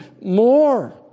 more